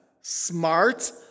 smart